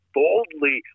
boldly